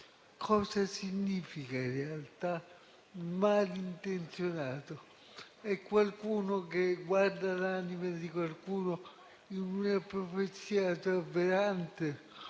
cosa significa in realtà "malintenzionato". È qualcuno che guarda l'anima di qualcuno in una profezia auto-avverante?